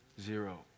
Zero